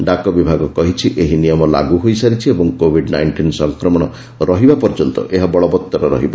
ଡାକବିଭାଗ କହିଛି ଏହି ନିୟମ ଲାଗୁ ହୋଇସାରିଛି ଓ କୋଭିଡ଼୍ ନାଇଣ୍ଜିନ୍ ସଂକ୍ରମଣ ରହିବା ପର୍ଯ୍ୟନ୍ତ ଏହା ବଳବତ୍ତର ରହିବ